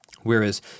Whereas